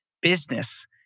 business